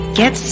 get